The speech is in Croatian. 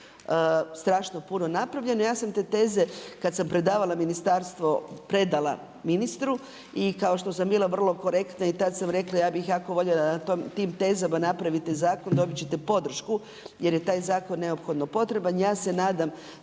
strašno puno napravljeno ja sam te teze kad sam predavala ministarstvu predala ministru. I kao što sam bila vrlo korektna i tad sam rekla ja bih jako voljela da na tim tezama napravite zakon, dobit ćete podršku jer je taj zakon neophodno potreban. Ja se nadam